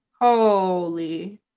Holy